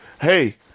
Hey